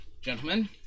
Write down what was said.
gentlemen